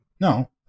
no